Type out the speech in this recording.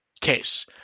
case